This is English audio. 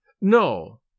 No